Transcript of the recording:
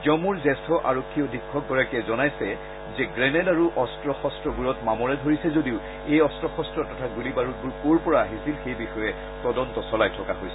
জমুৰ জ্যেষ্ঠ আৰক্ষী অধীক্ষকগৰাকীয়ে জনাইছে যে গ্লেণেণ্ড আৰু অস্ত্ৰ শস্ত্ৰবোৰত মামৰে ধৰিছে যদিও এই অস্ত্ৰশস্ত্ৰ তথা গুলীবাৰুদবোৰ কৰ পৰা আহিছিল সেই বিষয়ে তদন্ত চলাই থকা হৈছে